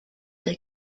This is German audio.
der